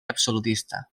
absolutista